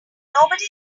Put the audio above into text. nobody